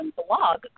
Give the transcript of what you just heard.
blog